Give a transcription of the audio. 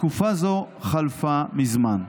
תקופה זו חלפה מזמן.